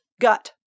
gut